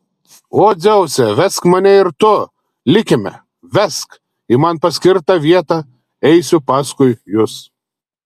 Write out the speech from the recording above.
o dzeuse vesk mane ir tu likime vesk į man paskirtą vietą eisiu paskui jus